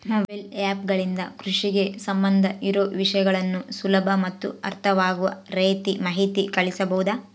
Mobile app ಗಳಿಂದ ಕೃಷಿಗೆ ಸಂಬಂಧ ಇರೊ ವಿಷಯಗಳನ್ನು ಸುಲಭ ಮತ್ತು ಅರ್ಥವಾಗುವ ರೇತಿ ಮಾಹಿತಿ ಕಳಿಸಬಹುದಾ?